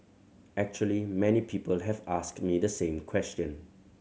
actually many people have asked me the same question